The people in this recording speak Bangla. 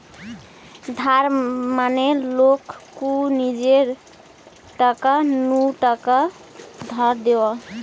ধার মানে লোক কু নিজের টাকা নু টাকা ধার দেওয়া